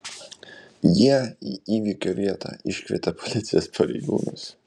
jie į įvykio vietą iškvietė policijos pareigūnus